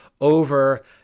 over